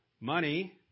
money